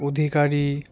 অধিকারী